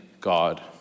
God